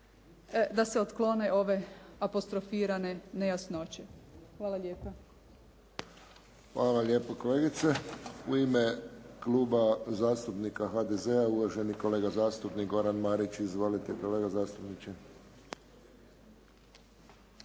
da se otklone ove apostrofirane nejasnoće. Hvala lijepa. **Friščić, Josip (HSS)** Hvala lijepo kolegice. U ime Kluba zastupnika HDZ-a, uvaženi kolega zastupnik Goran Marić. Izvolite kolega zastupniče.